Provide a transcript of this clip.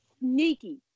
sneaky